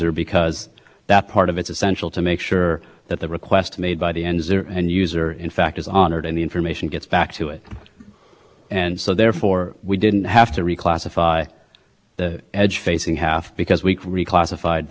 promise because it's not true we don't engage in common carriage relationships with edge providers or other backbone providers those are privately negotiated agreements where the terms are very individual ised and upgrades and costs and things like that all individually negotiated so of course we didn't make a